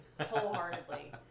wholeheartedly